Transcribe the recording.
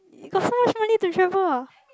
you got so much money to travel ah